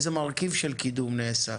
איזה מרכיב של קידום נעשה?